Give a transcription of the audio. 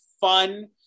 fun